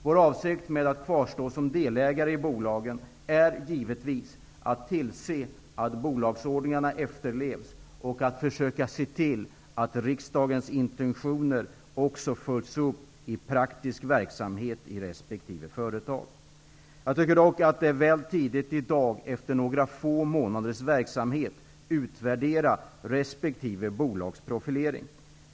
Vår avsikt med att kvarstå som delägare i bolagen är givetvis att tillse att bolagsordningarna efterlevs och att försöka se till att riksdagens intentioner också följs upp i praktisk verksamhet i resp. företag. Jag tycker dock att det är väl tidigt att i dag, efter några få månaders verksamhet, utvärdera resp. bolags profilering.